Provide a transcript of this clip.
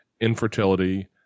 infertility